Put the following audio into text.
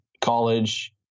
College